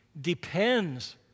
depends